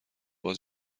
باز